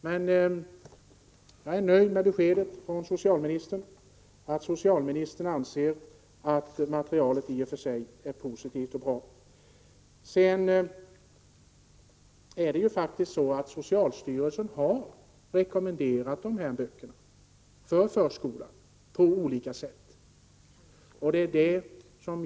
Jag är emellertid nöjd med beskedet från socialministern, att socialministern anser att materialet i och för sig är positivt och bra. Socialstyrelsen har faktiskt på olika sätt rekommenderat dessa böcker för förskolan.